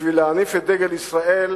כדי להניף את דגל ישראל,